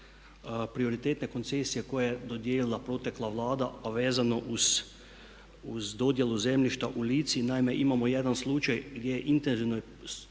prioritetne koncesije koju je dodijelila protekla Vlada a vezano uz dodjelu zemljišta u Lici. Naime, imamo jedan slučaj gdje u intenzivnoj